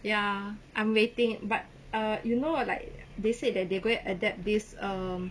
ya I'm waiting but uh you know like they said that they going adapt this err